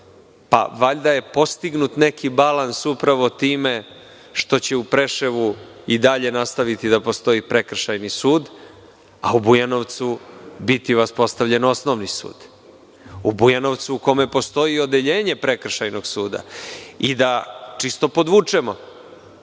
Valjda je postignut neki balans upravo time što će u Preševu i dalje nastaviti da postoji prekršajni sud, a u Bujanovcu biti uspostavljen osnovni sud, u Bujanovcu u kome postoji odeljenje prekršajnog suda. Da čisto podvučemo,